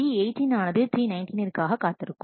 T18 ஆனது T19 னிற்காக காத்திருக்கும்